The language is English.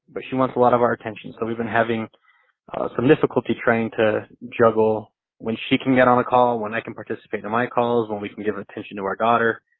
but she wants a lot of our attention. so we've been having some difficulty trying to juggle when she can get on a call, when i can participate in my calls, when we can give attention to our daughter.